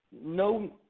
No